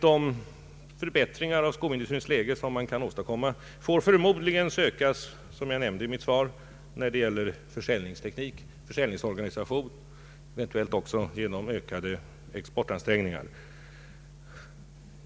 De förbättringar av skoindustrins läge som man kan åstadkomma får förmodligen, som jag också nämnde i mitt svar, sökas i förbättrad försäljningsteknik och försäljningsorganisation och eventuellt också i ökade exportansträngningar.